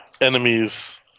enemies